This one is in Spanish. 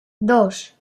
dos